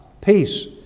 peace